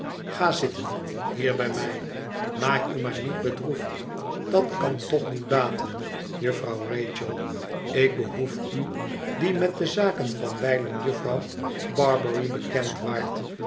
ga zitten hier bij mij maak u maar niet bedroefd dat kan toch niet baten jufvrouw rachel ik behoef u die met de zaken van wijlen jufvrouw barbary bekend waart